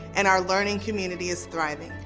and our learning community is thriving.